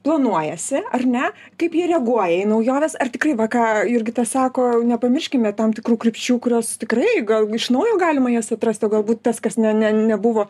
planuojasi ar ne kaip jie reaguoja į naujoves ar tikrai va ką jurgita sako nepamirškime tam tikrų krypčių kurios tikrai gal iš naujo galima jas atrasti o galbūt tas kas ne ne nebuvo